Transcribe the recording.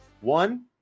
One